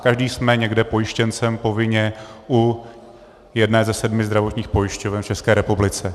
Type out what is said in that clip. Každý jsme někde pojištěncem povinně u jedné ze sedmi zdravotních pojišťoven v České republice.